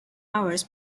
hours